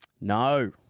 No